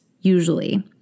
usually